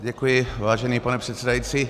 Děkuji, vážený pane předsedající.